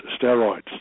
steroids